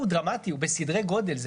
--- הפער הוא דרמטי, הוא בסדרי גודל.